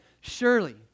surely